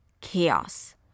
chaos